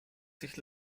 sich